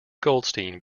goldstein